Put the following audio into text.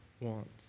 want